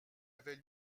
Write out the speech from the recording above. avait